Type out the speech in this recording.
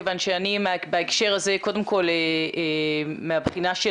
מכיוון שאני בהקשר הזה קודם כל מהבחינה של